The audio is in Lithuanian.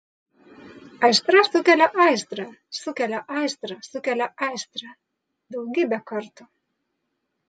aistra sukelia aistrą sukelia aistrą sukelia aistrą daugybę kartų